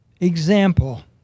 example